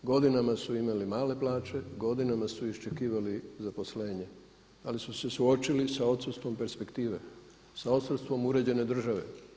Godinama su imali male plaće, godinama su iščekivali zaposlenje ali su se suočili sa odsustvom perspektive, sa odsustvom uređene države.